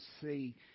see